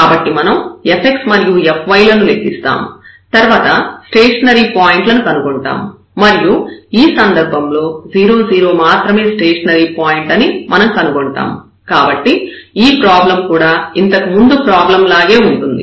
కాబట్టి మనం fx మరియు fy లను లెక్కిస్తాము తర్వాత స్టేషనరీ పాయింట్లను కనుగొంటాము మరియు ఈ సందర్భంలో 0 0 మాత్రమే స్టేషనరీ పాయింట్ అని మనం కనుగొంటాము కాబట్టి ఈ ప్రాబ్లం కూడా ఇంతకు ముందు ప్రాబ్లం లాగే ఉంటుంది